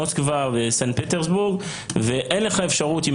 מוסקבה וסנט פטרסבורג ואין לך אפשרות אם